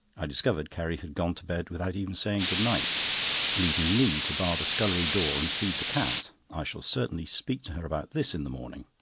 i discovered carrie had gone to bed without even saying good-night leaving me to bar the scullery door and feed the cat. i shall certainly speak to her about this in the morning.